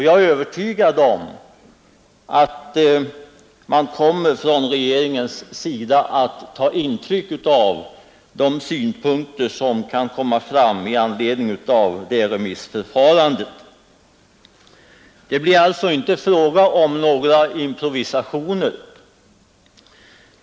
Jag är övertygad om att man från regeringens sida kommer att ta intryck av de synpunkter som kan komma fram i anledning av det remissförfarandet. Det blir alltså inte fråga om några improvisationer.